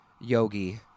yogi